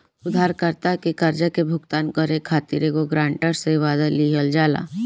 उधारकर्ता के कर्जा के भुगतान करे खातिर एगो ग्रांटर से, वादा लिहल जाला